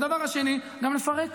הדבר השני, גם לפרק.